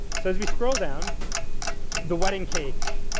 so, as we scroll down the wedding cake,